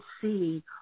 see